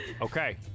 Okay